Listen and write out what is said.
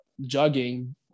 jogging